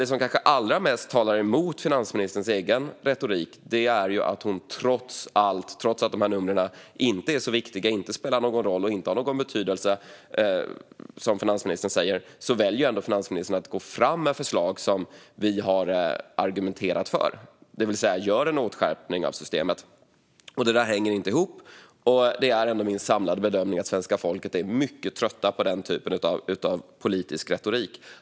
Det som kanske allra mest talar emot finansministerns egen retorik är ju att hon - trots att dessa nummer inte sägs vara så viktiga, inte spelar någon roll och inte har någon betydelse - väljer att gå fram med förslag som vi har argumenterat för och gör en åtstramning av systemet. Det hänger inte ihop. Min samlade bedömning är att svenska folket är mycket trötta på den typen av politisk retorik.